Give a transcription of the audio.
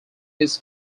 his